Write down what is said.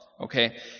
Okay